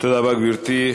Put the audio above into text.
תודה רבה, גברתי.